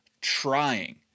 trying